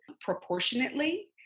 proportionately